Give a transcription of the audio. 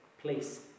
place